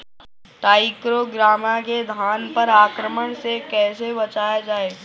टाइक्रोग्रामा के धान पर आक्रमण से कैसे बचाया जाए?